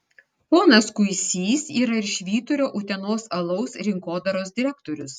ponas kuisys yra ir švyturio utenos alaus rinkodaros direktorius